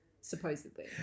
supposedly